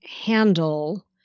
handle